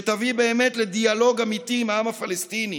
שתביא באמת לדיאלוג אמיתי עם העם הפלסטיני